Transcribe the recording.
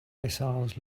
missiles